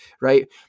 right